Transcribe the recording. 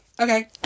okay